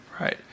Right